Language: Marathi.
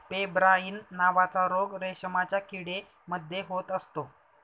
पेब्राइन नावाचा रोग रेशमाच्या किडे मध्ये होत असतो